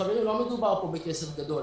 חברים, לא מדובר כאן בכסף גדול.